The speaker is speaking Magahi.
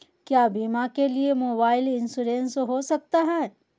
क्या बीमा के लिए मोबाइल इंश्योरेंस हो सकता है?